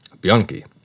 Bianchi